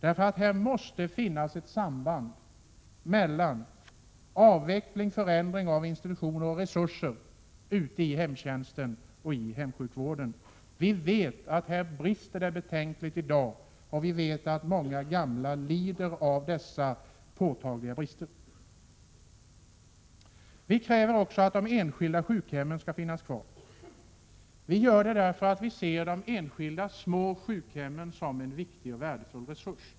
Det måste finnas ett samband mellan avveckling och förändring av institutioner och resurser för hemtjänsten och hemsjukvården. Vi vet att det brister betänkligt i dag, och vi vet att många gamla lider av dessa påtagliga brister. Vi kräver också att de enskilda sjukhemmen skall finnas kvar. Vi gör det därför att vi ser de enskilda, små sjukhemmen som en viktig och värdefull resurs.